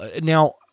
Now